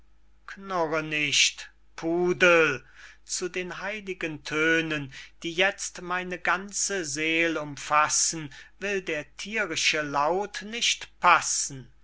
knurre nicht pudel zu den heiligen tönen die jetzt meine ganze seel umfassen will der thierische laut nicht passen